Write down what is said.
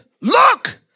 look